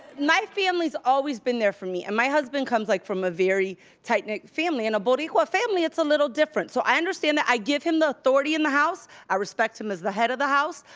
my family's always been there for me. and my husband comes like from a very tight-knit family. in a boriqua family, it's a little different. so i understand that, i give him the authority in the house, i respect him as the head of the house,